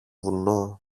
βουνό